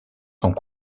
sont